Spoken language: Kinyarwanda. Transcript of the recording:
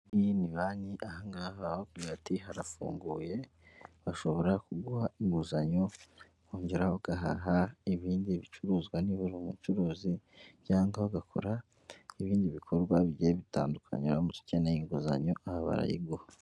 Iyi ni banki ahangaha baba bavuga bati harafunguye bashobora kuguha inguzanyo ukongera ugahaha, ibi ni ibicuruzwa niba uri umucuruzi ujya aha ngaha ugakora ibindi bikorwa bigiye bitandukanye ,uramutse ukeneye inguzanyo aha barayiguha.